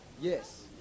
Yes